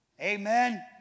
Amen